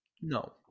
no